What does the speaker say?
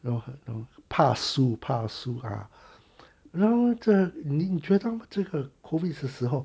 然后很多怕输怕输啦然后你你觉得这个 COVID 是时候